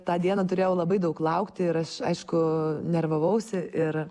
tą dieną turėjau labai daug laukti ir aš aišku nervavausi ir